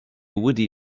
woody